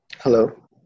Hello